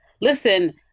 Listen